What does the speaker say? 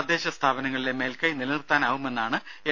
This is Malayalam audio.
തദ്ദേശ സ്ഥാപനങ്ങളിലെ മേൽക്കൈ നിലനിർത്താനാവുമെന്നാണ് എൽ